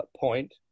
point